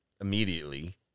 immediately